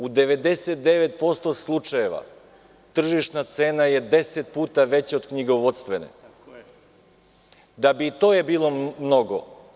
U 99% slučajeva tržišna cena je 10 puta veća od knjigovodstvene, da bi i to bilo mnogo.